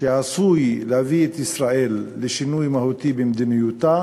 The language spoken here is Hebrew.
שעשוי להביא את ישראל לשינוי מהותי במדיניותה